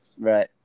Right